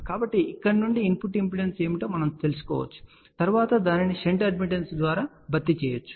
కాబట్టి ఇక్కడ నుండి ఇన్పుట్ ఇంపెడెన్స్ ఏమిటో మనం తెలుసుకోవచ్చు తరువాత దానిని షంట్ అడ్మిటెన్స్ ద్వారా భర్తీ చేయవచ్చు